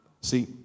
See